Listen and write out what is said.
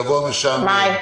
יבוא "המשעמם",